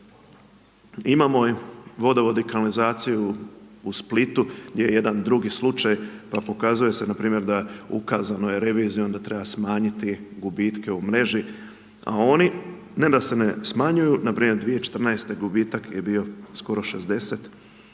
Imamo vodovode i kanalizaciju u Splitu, gdje je jedan drugi slučaj, pa pokazuje se npr. da ukazano je revizijom, da treba smanjiti gubitke u mreži, a oni ne da se ne smanjuju, npr. u 2014. gubitak je bio skoro 60%